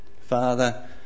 Father